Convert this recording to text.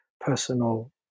personal